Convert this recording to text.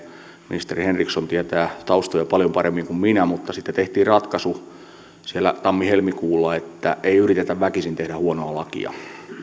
ministeri henriksson tietää taustoja paljon paremmin kuin minä mutta sitten tehtiin ratkaisu tammi helmikuulla että ei yritetä väkisin tehdä huonoa lakia